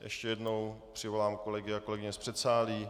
Ještě jednou přivolám kolegy a kolegyně z předsálí.